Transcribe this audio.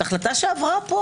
החלטה שעברה פה,